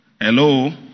Hello